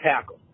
tackle